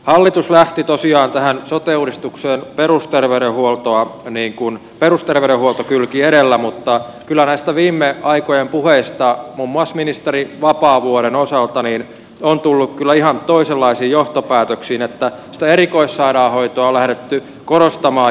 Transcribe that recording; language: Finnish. hallitus lähti tosiaan tähän sote uudistukseen perusterveydenhuoltokylki edellä mutta kyllä näistä viime aikojen puheista muun muassa ministeri vapaavuoren osalta on tullut ihan toisenlaisiin johtopäätöksiin että sitä erikoissairaanhoitoa on lähdetty korostamaan